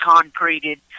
concreted